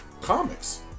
comics